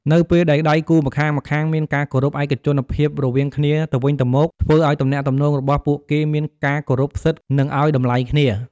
នៅពេលដែលដៃគូរម្ខាងៗមានការគោរពឯកជនភាពរវាងគ្នាទៅវិញទៅមក ធ្វើឱ្យទំនាក់ទំនងរបស់ពួកគេមានការគោរពសិទ្ធ និងឱ្យតម្លៃគ្នា។